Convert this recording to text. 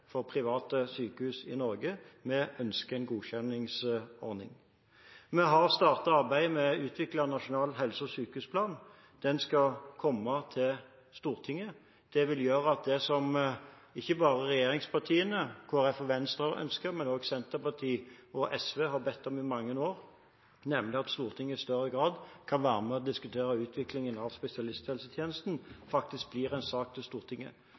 for private sykehus i Norge. Vi ønsker en godkjenningsordning. Vi har startet arbeidet med å utvikle en nasjonal helse- og sykehusplan. Den skal komme til Stortinget. Det vil gjøre at det som ikke bare regjeringspartiene, Kristelig Folkeparti og Venstre har ønsket, men også Senterpartiet og SV har bedt om i mange år, nemlig at Stortinget i større grad kan være med å diskutere utviklingen av spesialisthelsetjenesten, faktisk blir en sak til Stortinget.